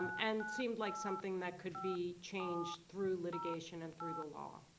um and seemed like something that could be changed through litigation and through the law.